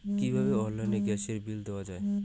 কিভাবে অনলাইনে গ্যাসের বিল দেওয়া যায়?